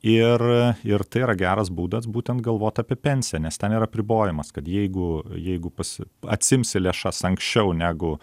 ir ir tai yra geras būdas būtent galvot apie pensiją nes ten yra apribojimas kad jeigu jeigu pas atsiimsi lėšas anksčiau negu